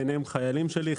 ביניהם חיילים שלי,